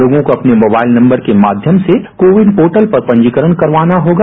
लोगों को अपने मोबाइल नम्बर में माध्यम से कोविन पोर्टल पर पंजीकरण करवाना होगा